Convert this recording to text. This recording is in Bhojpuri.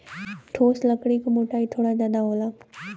ठोस लकड़ी क मोटाई थोड़ा जादा होला